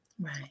Right